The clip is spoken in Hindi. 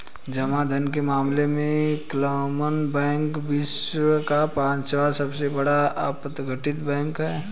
जमा धन के मामले में क्लमन बैंक विश्व का पांचवा सबसे बड़ा अपतटीय बैंक है